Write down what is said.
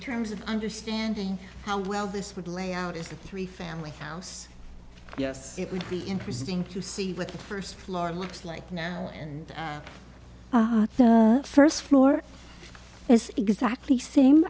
terms of understanding how well this would lay out is a three family house yes it would be interesting to see what the first floor looks like now and the first floor is exactly same